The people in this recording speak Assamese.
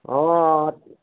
অঁ